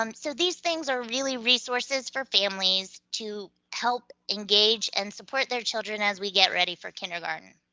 um so these things are really resources for families to help engage and support their children as we get ready for kindergarten